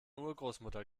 urgroßmutter